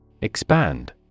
Expand